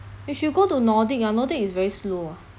you should go to nordic ah nordic is very slow ah